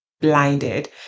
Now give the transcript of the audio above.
blinded